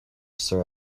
sir